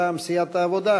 איתן כבל,